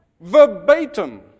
verbatim